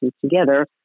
together